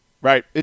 Right